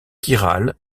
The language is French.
chiral